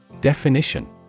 Definition